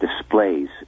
displays